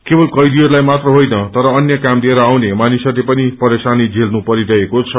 केवल कैदीहरूलाई मात्र होइन तर अन्य काम लिएर आउने मानिसहरूले पनि परेशानी झेल्नु परिरहेको छ